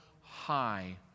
high